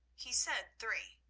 he said three,